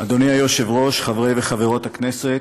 אדוני היושב-ראש, חברי וחברות הכנסת,